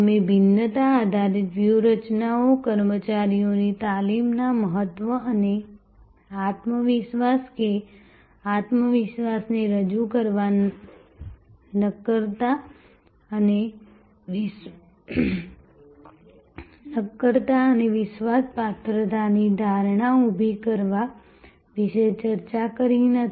અમે ભિન્નતા આધારિત વ્યૂહરચનાઓ કર્મચારીઓની તાલીમના મહત્વ અને આત્મવિશ્વાસ કે આત્મવિશ્વાસને રજૂ કરવા નક્કરતા અને વિશ્વાસપાત્રતાની ધારણા ઊભી કરવા વિશે ચર્ચા કરી નથી